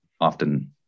often